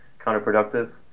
counterproductive